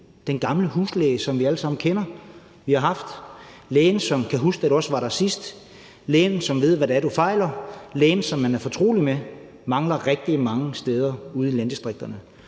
Den gamle huslæge, som vi alle sammen kender og har haft. Det er den læge, som kan huske, da du også var der sidst. Lægen, som ved, hvad du fejler. Lægen, som man er fortrolig med. Ja, det mangler rigtig mange steder ude i landdistrikterne.